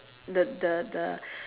the the the